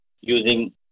using